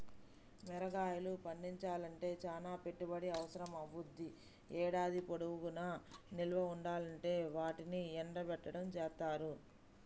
మిరగాయలు పండించాలంటే చానా పెట్టుబడి అవసరమవ్వుద్ది, ఏడాది పొడుగునా నిల్వ ఉండాలంటే వాటిని ఎండబెట్టడం జేత్తారు